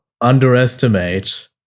underestimate